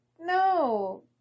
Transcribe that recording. no